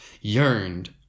yearned